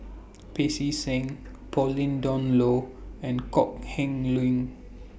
Pancy Seng Pauline Dawn Loh and Kok Heng Leun